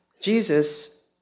Jesus